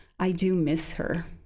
i do miss her.